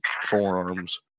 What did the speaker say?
forearms